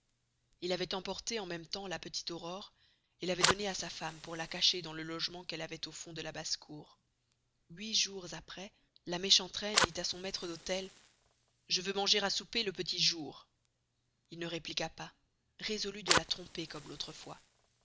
il avoit emporté en même temps la petite aurore et l'avoit donnée à sa femme pour la cacher dans le logement qu'elle avoit au fond de la basse-cour huit jours après la méchante reine dit à son maistre d'hôtel je veux manger à mon soupé le petit jour il ne répliqua pas résolu de la tromper comme l'autre fois